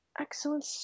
excellent